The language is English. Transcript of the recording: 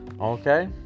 okay